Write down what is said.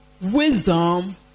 wisdom